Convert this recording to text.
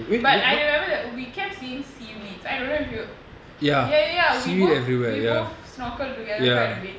but I remember that we kept seeing seaweeds I don't know if you ya ya ya we both we both snorkeled together quite a bit